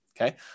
Okay